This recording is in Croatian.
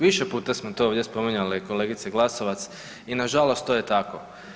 Više puta smo to ovdje spominjali kolegice Glasovac i nažalost to je tako.